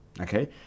okay